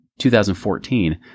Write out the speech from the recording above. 2014